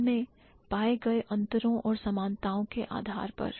इनमें पाए गए अंतरों और समानताओं के आधार पर